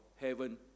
heaven